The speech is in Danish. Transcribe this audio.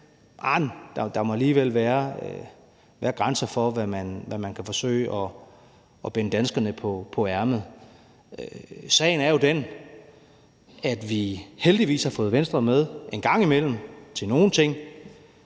der må alligevel være grænser for, hvad man kan forsøge at binde danskerne på ærmet. Sagen er jo den, at vi heldigvis har fået Venstre med en gang imellem til nogle ting,